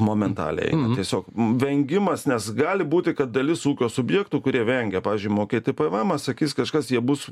momentaliai tiesiog vengimas nes gali būti kad dalis ūkio subjektų kurie vengia pavyzdžiui mokėti pavaemą sakys kažkas jie bus